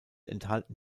enthalten